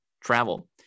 travel